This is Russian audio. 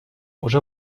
уже